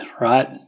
right